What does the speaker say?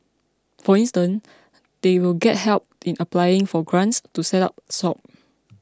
for instance they will get help in applying for grants to set up shop